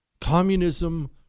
communism